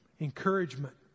Encouragement